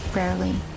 rarely